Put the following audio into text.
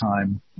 time